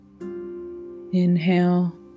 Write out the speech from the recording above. Inhale